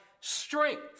strength